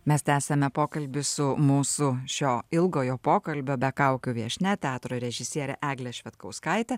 mes tęsiame pokalbį su mūsų šio ilgojo pokalbio be kaukių viešnia teatro režisiere egle švedkauskaite